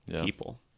people